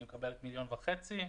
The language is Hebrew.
היא מקבלת מיליון וחצי שקלים.